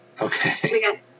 Okay